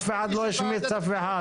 אף אחד לא השמיץ אף אחד.